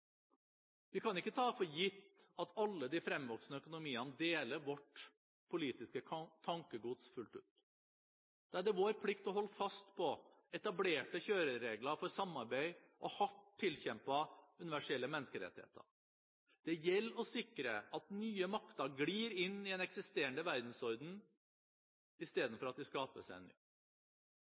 Vi kan ikke ta for gitt at alle de fremvoksende økonomiene deler vårt politiske tankegods fullt ut. Da er det vår plikt å holde fast på etablerte kjøreregler for samarbeid og hardt tilkjempede universelle menneskerettigheter. Det gjelder å sikre at nye makter glir inn i en eksisterende verdensorden, istedenfor at de skaper seg en